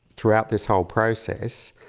throughout this whole process,